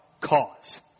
cause